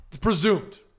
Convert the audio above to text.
Presumed